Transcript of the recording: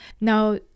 now